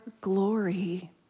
glory